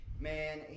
man